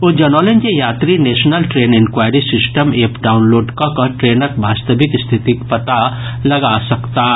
ओ जनौलनि जे यात्री national train enquiry system app download कऽ कऽ ट्रेनक वास्तविक स्थितिक पता लगा सकताह